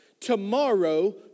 Tomorrow